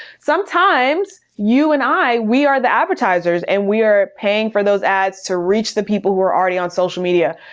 sometimes you and i, we are the advertisers and we are paying for those ads to reach the people who are already on social media.